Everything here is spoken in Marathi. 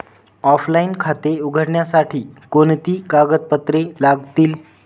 ऑफलाइन खाते उघडण्यासाठी कोणती कागदपत्रे लागतील?